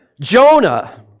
Jonah